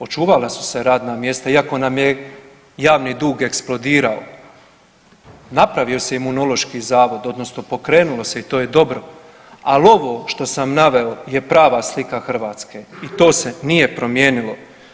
Očuvala su se radna mjesta, iako nam je javni dug eksplodirao, napravio se Imunološki zavod, odnosno pokrenulo se i to je dobro, ali ovo što sam naveo je prava slika Hrvatske i to se nije promijenilo.